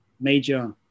major